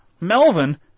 Melvin